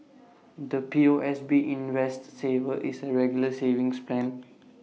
the POSB invest saver is A regular savings plan